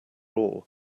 all